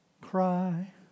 cry